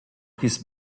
his